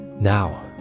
Now